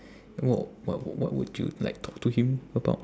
w~ what what would you like talk to him about